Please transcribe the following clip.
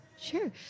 Sure